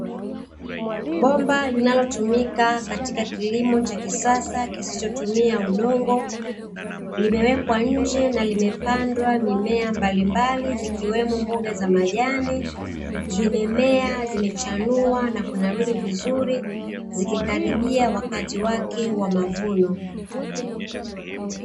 Bomba linalotumika katika kilimo cha kisasa kisichotumia udongo, limewekwa nje na limepandwa mimea mbali mbali zikiwemo mboga za majani. Zimemea, zimechanua na kunawiri vizuri zikikaribia wakati wake wa mavuno.